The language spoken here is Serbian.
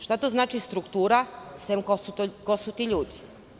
Šta to znači struktura, ko su ti ljudi?